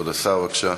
כבוד השר, בבקשה.